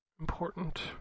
important